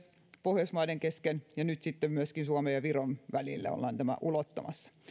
pohjoismaiden kesken ja nyt sitten myöskin suomen ja viron välille ollaan tämä ulottamassa